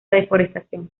deforestación